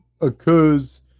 occurs